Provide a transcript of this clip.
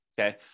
okay